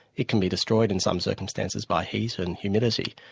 it can be destroyed in some circumstances by heat and humidity,